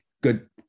good